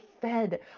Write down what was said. fed